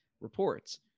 reports